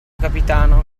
capitano